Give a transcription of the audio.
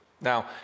Now